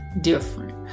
different